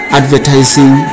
advertising